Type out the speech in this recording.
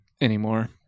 anymore